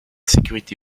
sécurité